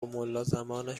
ملازمانش